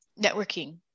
networking